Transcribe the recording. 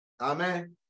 Amen